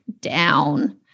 down